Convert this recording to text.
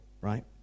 Right